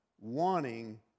wanting